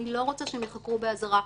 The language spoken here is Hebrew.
אני לא רוצה שהם ייחקרו באזהרה,